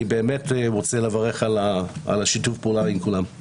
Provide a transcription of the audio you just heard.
אני רוצה לברך על שיתוף הפעולה עם כולם.